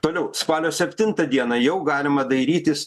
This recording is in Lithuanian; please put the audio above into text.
toliau spalio septintą dieną jau galima dairytis